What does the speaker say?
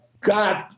God